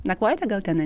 nakvojote gal tenai